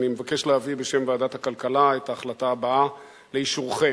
אני מבקש להביא בשם ועדת הכלכלה את ההחלטה הבאה לאישורכם.